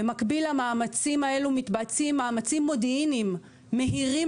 במקביל למאמצים האלו מתבצעים מאמצים ממודיעיניים מהירים